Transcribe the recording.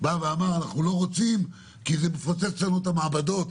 אמר: אנחנו לא רוצים כי זה מפוצץ לנו את המעבדות.